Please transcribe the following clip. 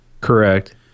Correct